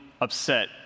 upset